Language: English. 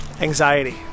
Anxiety